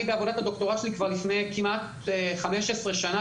בעבודת הדוקטורט שלי כבר לפני כמעט 15 שנה,